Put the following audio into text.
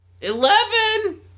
eleven